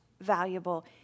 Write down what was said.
valuable